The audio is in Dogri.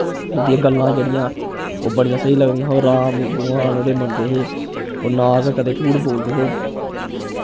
उं'दियां गल्लां जेह्ड़ियां ओह् बड़ियां स्हेई लगदियां हियां ओह् राम भगवान होरें गी मन्नदे हे ओह् ना गै कदें झूठ बोलदे हे